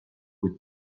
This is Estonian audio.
kuid